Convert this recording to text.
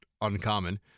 uncommon